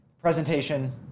Presentation